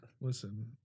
Listen